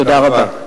תודה רבה.